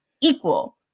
equal